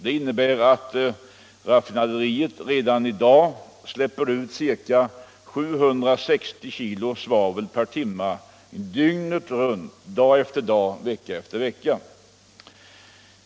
Detta innebär att raffinaderiet redan nu släpper ut ca 760 kg svavel per timme dygnet runt, dag efter dag och vecka efter vecka.